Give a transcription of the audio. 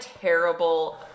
terrible